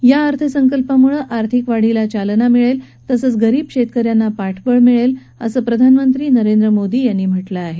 या अर्थसंकल्पामुळं आर्थिक वाढीला चालना मिळेल तसंच गरीब शेतक यांना पाठबळ मिळेल असं प्रधानमंत्री नरेंद्र मोदी यांनी म्हटलं आहे